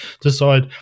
decide